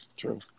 True